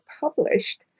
published